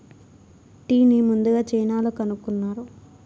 టీని ముందుగ చైనాలో కనుక్కున్నారు